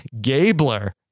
Gabler